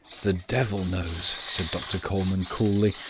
the devil knows, said dr colman coolly.